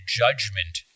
judgment